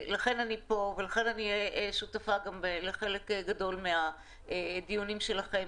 לכן אני פה ולכן אני שותפה גם בחלק גדול מהדיונים שלכם,